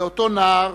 בעודו נער